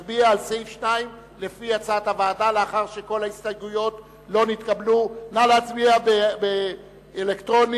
לסעיף 2 יש הסתייגות נוספת של חברי הכנסת חנא סוייד וקבוצת טיבי.